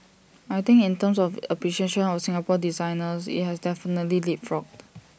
I think in terms of appreciation of Singapore designers IT has definitely leapfrogged